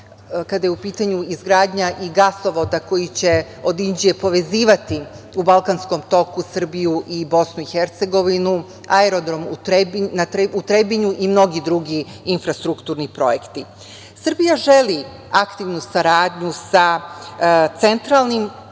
kada je u pitanju izgradnja i gasovoda koji će od Inđije povezivati u balkanskom toku Srbiju i BiH, aerodrom na Trebinju, i mnogi drugi infrastrukturni projekti. Srbija želi aktivnu saradnju sa centralnim,